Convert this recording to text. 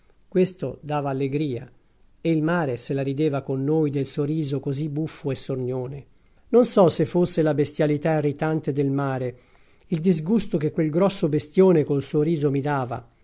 questo dava allegria e il mare se la rideva con noi del suo riso così buffo e sornione non so se fosse la bestialità irritante del mare il disgusto che quel grosso bestione col suo riso mi dava